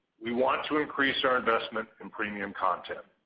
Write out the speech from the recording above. we want to increase our investment in premium content.